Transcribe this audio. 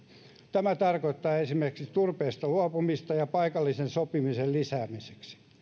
tämä tarkoittaa esimerkiksi turpeesta luopumista ja paikallisen sopimisen lisäämistä